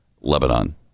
Lebanon